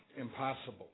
impossible